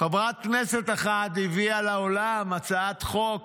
חברת כנסת אחת הביאה לעולם הצעת חוק